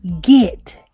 get